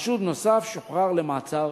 וחשוד נוסף שוחרר למעצר-בית.